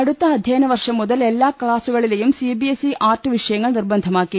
അടുത്ത അധ്യയനവർഷം മുതൽ എല്ലാ ക്ലാസുകളിലും സിബി എസ്ഇ ആർട്ട്സ് വിഷയങ്ങൾ നിർബന്ധമാക്കി